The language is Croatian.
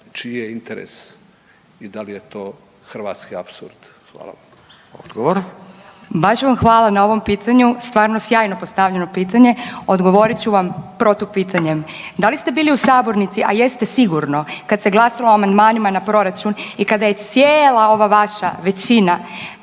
čiji je interes i da li je to hrvatski apsurd? Hvala. **Radin, Furio (Nezavisni)** Odgovor. **Kekin, Ivana (NL)** Baš vam hvala na ovom pitanju, stvarno sjajno postavljeno pitanje. Odgovorit ću vam protupitanjem. Da li ste bili u sabornici, a jeste sigurno kad se glasalo o amandmanima na proračun i kada je cijela ova vaša većina